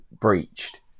breached